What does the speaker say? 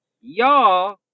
Y'all